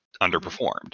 underperformed